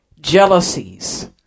jealousies